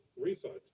refund